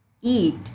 eat